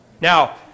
Now